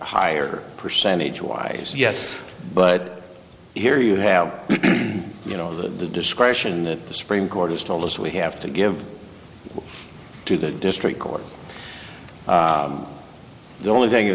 higher percentage wise yes but here you have you know the discretion that the supreme court has told us we have to give to the district court the only thing that